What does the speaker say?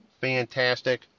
fantastic